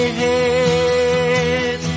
head